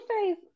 face